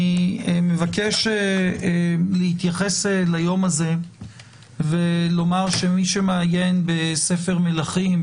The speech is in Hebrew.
אני מבקש להתייחס ליום הזה ולומר שמי שמעיין בספר מלכים,